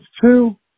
two